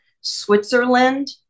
Switzerland